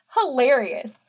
hilarious